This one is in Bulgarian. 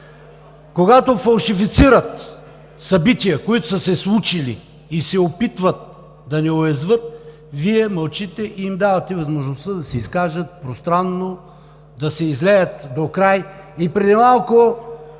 когато фалшифицират събития, които са се случили и се опитват да ни уязвят, Вие мълчите и им давате възможността да се изкажат пространно, да се излеят докрай. И преди малко